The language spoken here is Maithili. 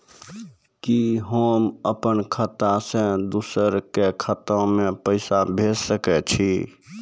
कि होम अपन खाता सं दूसर के खाता मे पैसा भेज सकै छी?